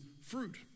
fruit